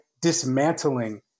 dismantling